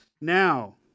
Now